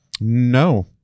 No